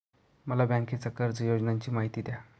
मला बँकेच्या कर्ज योजनांची माहिती द्या